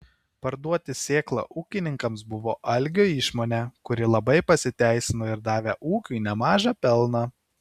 parduoti sėklą ūkininkams buvo algio išmonė kuri labai pasiteisino ir davė ūkiui nemažą pelną